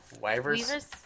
Wavers